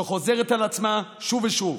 שחוזרת על עצמה שוב ושוב.